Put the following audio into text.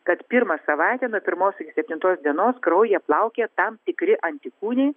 kad pirmą savaitę nuo pirmos iki septintos dienos kraujyje plaukioja tam tikri antikūniai